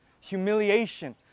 humiliation